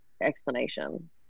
explanation